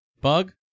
Bug